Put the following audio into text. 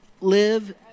live